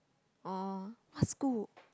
oh what school